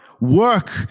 work